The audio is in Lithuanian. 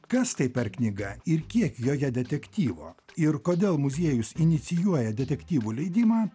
kas tai per knyga ir kiek joje detektyvo ir kodėl muziejus inicijuoja detektyvų leidimą